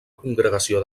congregació